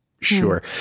Sure